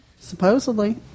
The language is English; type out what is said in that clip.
Supposedly